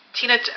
Tina